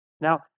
Now